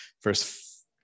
first